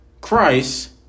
Christ